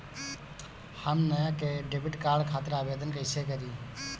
हम नया debit card खातिर आवेदन कईसे करी?